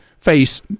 face